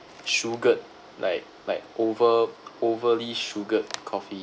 sugared like like over overly sugared coffee